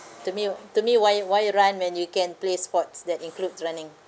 the me uh to me why why run when you can play sports that include running